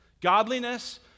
Godliness